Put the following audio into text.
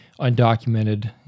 undocumented